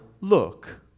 Look